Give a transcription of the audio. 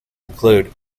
include